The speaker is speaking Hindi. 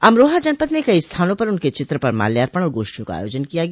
अमरोहा जनपद में कई स्थानों पर उनके चित्र पर मार्ल्यापण और गोष्ठियों का आयोजन किया गया